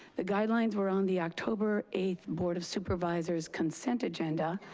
the guidelines were on the october eighth board of supervisors consent agenda,